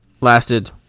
lasted